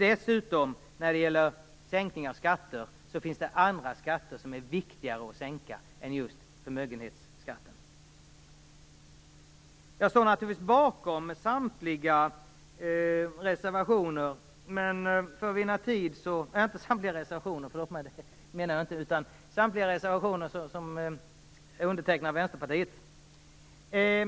Dessutom, när det gäller sänkning av skatter, finns det andra skatter som är viktigare att sänka än just förmögenhetsskatten. Jag står naturligtvis bakom samtliga reservationer som är undertecknade av Vänsterpartiet.